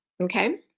Okay